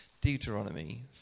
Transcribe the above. Deuteronomy